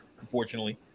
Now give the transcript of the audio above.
unfortunately